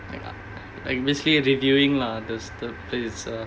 ya like reviewing lah the the place itself